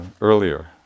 earlier